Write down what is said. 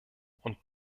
und